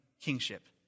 kingship